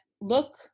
look